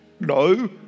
no